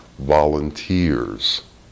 volunteers